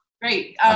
Great